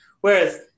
Whereas